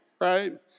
Right